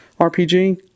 RPG